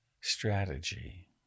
strategy